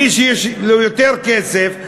מי שיש לו יותר כסף,